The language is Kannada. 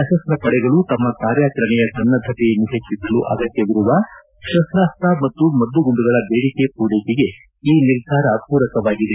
ಸಶಸ್ತ ಪಡೆಗಳು ತಮ್ಮ ಕಾರ್ಯಾಚರಣೆಯ ಸನ್ನದತೆಯನ್ನು ಹೆಚ್ಚಿಸಲು ಅಗತ್ಯವಿರುವ ಶಸ್ತಾಸ್ತ ಮತ್ತು ಮದ್ದು ಗುಂಡುಗಳ ಬೇಡಿಕೆ ಪೂರೈಕೆಗೆ ಈ ನಿರ್ಧಾರ ಪೂರಕವಾಗಿದೆ